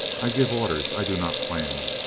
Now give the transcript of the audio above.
i give orders, i do not plan.